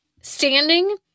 standing